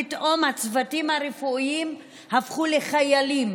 פתאום הצוותים הרפואיים הפכו לחיילים